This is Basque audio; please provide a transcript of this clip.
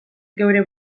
geure